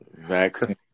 vaccine